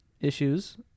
issues